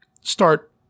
start